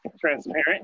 transparent